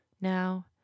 Now